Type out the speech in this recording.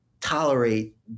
tolerate